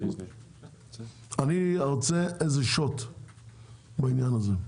אני רוצה איזה שוט בעניין הזה.